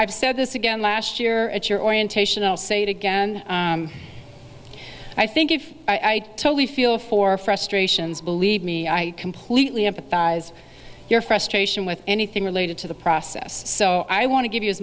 i've said this again last year at your orientation i'll say it again i think if i totally feel for frustrations believe me i completely empathize your frustration with anything related to the process so i want to give you as